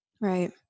Right